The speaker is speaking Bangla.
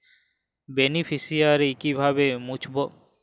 বেনিফিসিয়ারি কিভাবে মুছব?